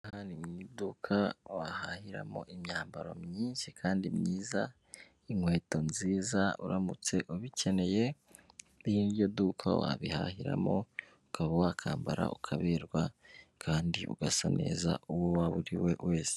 Aha ngaha ni mu iduka wahahiramo imyambaro myinshi kandi myiza, inkweto nziza, uramutse ubikeneye iri ni ryo duka wabihahiramo, ukaba wakwambara ukaberwa kandi ugasa neza, uwo waba uri we wese.